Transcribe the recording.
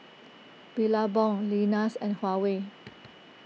Billabong Lenas and Huawei